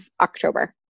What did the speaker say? October